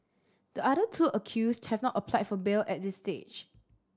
the other two accused have not applied for bail at this stage